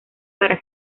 para